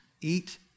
eat